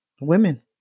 women